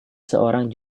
seorang